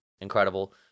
incredible